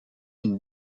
une